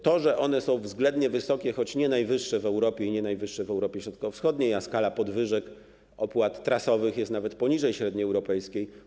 Te koszty są względnie wysokie, choć nie najwyższe w Europie i nie najwyższe w Europie Środkowo-Wschodniej, a skala podwyżek, opłat trasowych jest nawet poniżej średniej europejskiej.